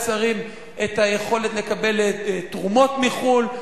שרים את היכולת לקבל תרומות מחו"ל.